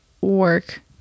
work